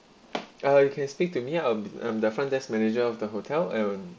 uh you can speak to me I'm I'm the front desk manager of the hotel and